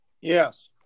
yes